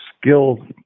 skill